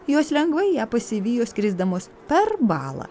jos lengvai ją pasivijo skrisdamos per balą